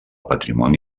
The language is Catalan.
patrimoni